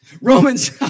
Romans